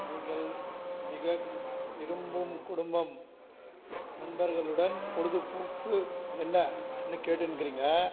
நீங்கள் மிக விரும்பும் குடும்பம் நண்பர்களுடன் பொழுதுபோக்கு என்னென்னு கேட்டுனுக்கிறீங்க